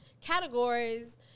categories